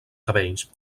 cabells